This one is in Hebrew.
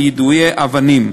של יידוי אבנים.